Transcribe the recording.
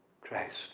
Christ